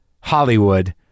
Hollywood